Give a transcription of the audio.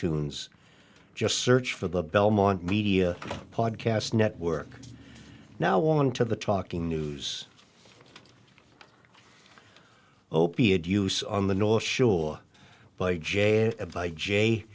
tunes just search for the belmont media podcast network now on to the talking news opiate use on the north shore by j